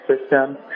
system